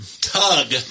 tug –